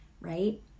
right